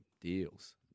deals